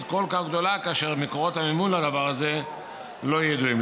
כל כך גדולה כאשר מקורות המימון לדבר הזה לא ידועים.